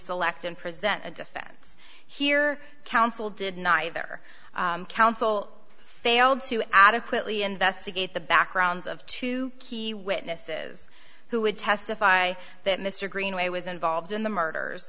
select and present a defense here counsel did neither counsel failed to adequately investigate the backgrounds of two key witnesses who would testify that mr greenway was involved in the murders